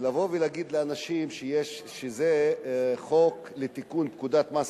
ולבוא ולהגיד לאנשים שזה חוק לתיקון פקודת מס